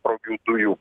sprogių dujų